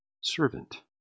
servant